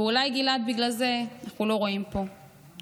ואולי, גלעד, בגלל זה אנחנו לא רואים פה נוספים,